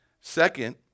Second